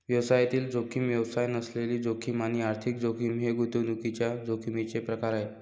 व्यवसायातील जोखीम, व्यवसाय नसलेली जोखीम आणि आर्थिक जोखीम हे गुंतवणुकीच्या जोखमीचे प्रकार आहेत